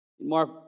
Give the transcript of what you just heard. Mark